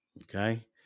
Okay